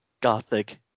gothic